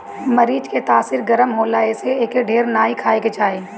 मरीच के तासीर गरम होला एसे एके ढेर नाइ खाए के चाही